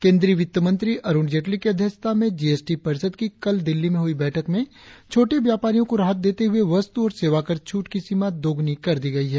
केंद्रीय वित्त मंत्री अरुण जेटली की अध्यक्षता में जीएसटी परिषद की कल दिल्ली में हुई बैठक में छोटे व्यापारियों को राहत देते हुए वस्तु और सेवाकर छूट की सीमा दोग्रनी कर दी गई है